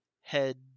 head